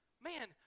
man